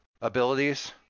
abilities